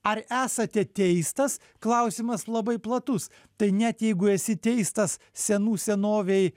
ar esate teistas klausimas labai platus tai net jeigu esi teistas senų senovėj